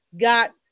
got